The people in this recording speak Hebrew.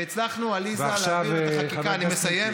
והצלחנו, עליזה, להעביר את החקיקה הזאת